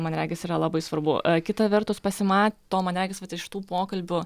man regis yra labai svarbu kita vertus pasimato man regis bet iš šitų pokalbių